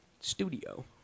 studio